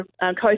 coast